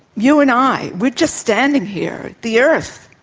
you and i, we're just standing here. the earth,